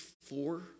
four